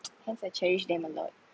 hence I cherish them a lot